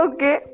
Okay